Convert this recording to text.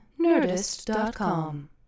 nerdist.com